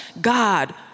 God